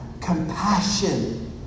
compassion